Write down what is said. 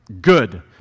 Good